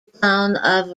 town